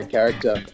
Character